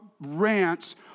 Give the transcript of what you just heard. rants